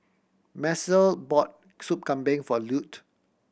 Macel bought Soup Kambing for Lute